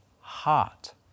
heart